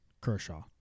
Kershaw